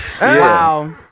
Wow